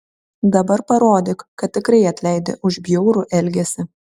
dabar parodyk kad tikrai atleidi už bjaurų elgesį